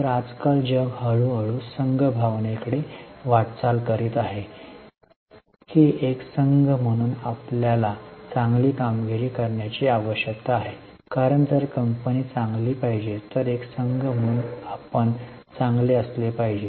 तर आजकाल जग हळूहळू संघभावनेकडे वाटचाल करीत आहे की एक संघ म्हणून आपल्याला चांगली कामगिरी करण्याची आवश्यकता आहे कारण जर कंपनी चांगली झाली पाहिजे तर एक संघ म्हणून आपण चांगले असले पाहिजे